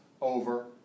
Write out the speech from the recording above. over